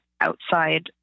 outside